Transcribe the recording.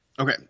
Okay